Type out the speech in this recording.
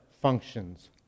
functions